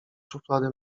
szuflady